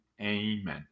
Amen